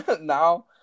now